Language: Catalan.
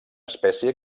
espècie